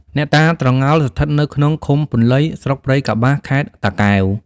អ្នកតាត្រងោល ស្ថិតនៅក្នុងឃុំពន្លៃ ស្រុកព្រៃកប្បាស ខេត្ត តាកែវ ។